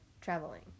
traveling